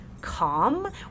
calm